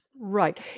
right